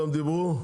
דיברו?